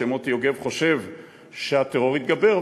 שמוטי יוגב חושב שהטרור יתגבר,